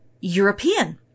European